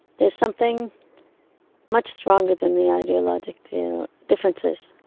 there's something much stronger than the ideological differences.